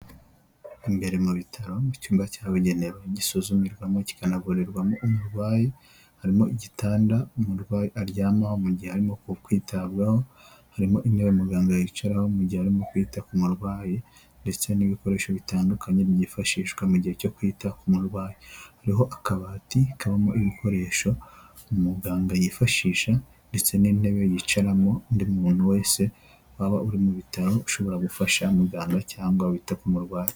Imbere mu bitaro mu cyumba cyabugenewe gisuzumirwamo kikanavurirwamo umurwayi harimo igitanda umurwayi aryamaho mu gihe arimo kwitabwaho, harimo intebe muganga yicaraho mu gihe arimo kwita ku murwayi ndetse n'ibikoresho bitandukanye byifashishwa mu gihe cyo kwita ku murwayi. Hariho akabati kabamo ibikoresho umuganga yifashisha ndetse n'intebe yicaramo undi muntu wese waba uri mu bitaro ushobora gufasha umuganga cyangwa wita ku murwayi.